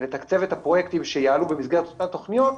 לתקצב את הפרויקטים שיעלו במסגרת אותן תכניות,